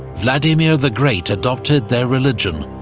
vladimir the great adopted their religion,